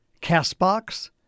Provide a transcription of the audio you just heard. CastBox